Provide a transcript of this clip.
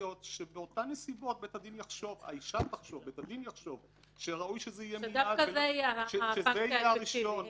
שבאותן נסיבות בית הדין יחשוב או שהאישה תחשוב שראוי שזה יהיה הראשון.